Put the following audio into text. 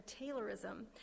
Taylorism